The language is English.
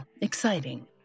exciting